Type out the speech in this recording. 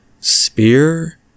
Spear